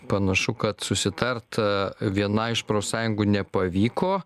panašu kad susitarta viena iš profsąjungų nepavyko